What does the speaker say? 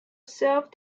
self